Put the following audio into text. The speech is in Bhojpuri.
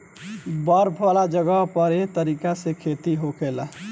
बर्फ वाला जगह पर एह तरीका से खेती होखेला